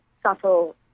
subtle